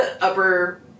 Upper